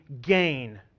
gain